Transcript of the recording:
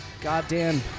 goddamn